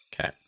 Okay